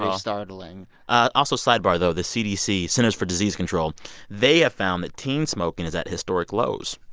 um startling also, sidebar though the cdc centers for disease control they have found that teen smoking is at historic lows